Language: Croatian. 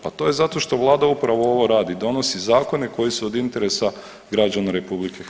Pa to je zato što vlada upravo ovo radi, donosi zakone koji su od interesa građana RH.